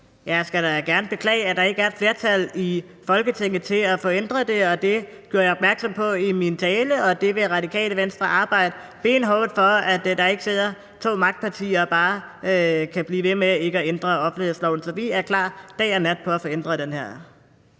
Jeg skal da gerne beklage, at der ikke er et flertal i Folketinget for at få ændret det, og det gjorde jeg opmærksom på i min tale. Og Radikale Venstre vil arbejde benhårdt for, at der ikke sidder to magtpartier, der bare kan blive ved med ikke at ændre offentlighedsloven. Så vi er klar dag og nat til at få ændret den her.